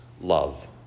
love